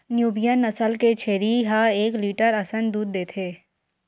Nubian नसल के छेरी ह एक लीटर असन दूद देथे